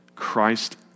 Christ